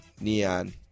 Neon